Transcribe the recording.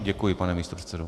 Děkuji, pane místopředsedo.